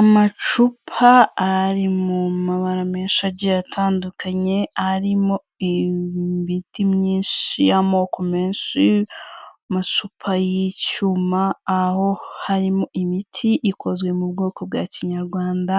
Amacupa ari mu mabara menshi agiye atandukanye arimo imiti myinshi y'amoko menshi, amacupa y'icyuma aho harimo imiti ikozwe mu bwoko bwa kinyarwanda,